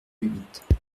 huit